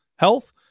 Health